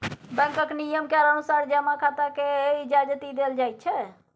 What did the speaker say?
बैंकक नियम केर अनुसार जमा खाताकेँ इजाजति देल जाइत छै